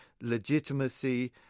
legitimacy